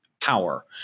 power